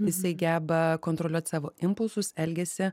jisai geba kontroliuot savo impulsus elgesį